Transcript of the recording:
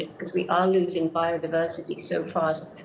because we are losing biodiversity so fast,